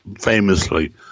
famously